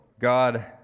God